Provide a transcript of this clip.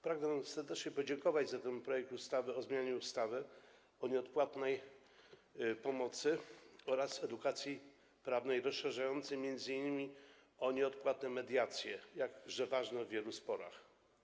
Pragnę serdecznie podziękować za projekt ustawy o zmianie ustawy o nieodpłatnej pomocy prawnej oraz edukacji prawnej, rozszerzający to m.in. o nieodpłatne mediacje, jakże ważne w wielu sporach.